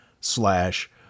slash